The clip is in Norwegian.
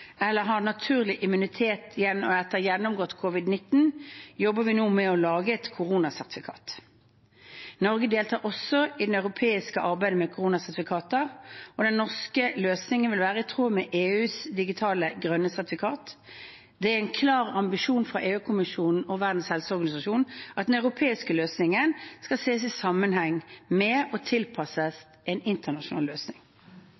eller har naturlig immunitet etter gjennomgått covid-19, jobber vi nå med å lage et koronasertifikat. Norge deltar også i det europeiske arbeidet med koronasertifikater, og den norske løsningen vil være i tråd med EUs digitale grønne sertifikat. Det er en klar ambisjon fra EU-kommisjonen og Verdens helseorganisasjon at den europeiske løsningen skal ses i sammenheng med og tilpasses en internasjonal løsning.